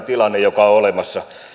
tilanne joka on olemassa ei ole